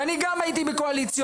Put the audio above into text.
ואני גם הייתי בקואליציות.